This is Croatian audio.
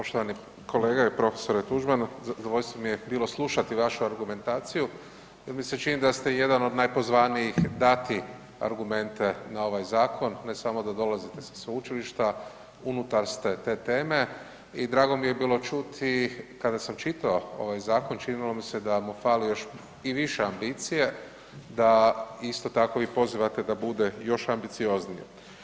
Poštovani kolega i prof. Tuđman, zadovoljstvo mi je bilo slušati vašu argumentaciju jer mi se čini da ste da ste jedan od najpozvanijih dati argumente na ovaj zakon, ne samo da dolazite sa sveučilišta unutar ste te teme i drago mi je bilo čuti kada sam čitao ovaj zakon činilo mi se da mu fali još i više ambicije, da isto tako vi pozivate da bude još ambiciozniji.